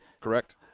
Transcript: correct